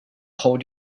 hold